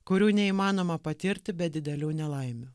kurių neįmanoma patirti be didelių nelaimių